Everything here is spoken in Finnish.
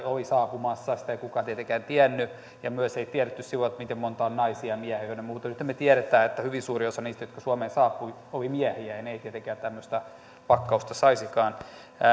oli saapumassa sitä ei kukaan tietenkään tiennyt ja myöskään ei tiedetty silloin miten monta on naisia miehiä ynnä muuta nythän me tiedämme että hyvin suuri osa niistä jotka suomeen saapuivat oli miehiä ja he eivät tietenkään tämmöistä pakkausta saisikaan